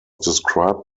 described